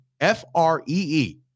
F-R-E-E